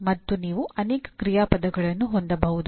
ಮತ್ತು ನೀವು ಅನೇಕ ಕ್ರಿಯಾಪದಗಳನ್ನು ಹೊಂದಬಹುದು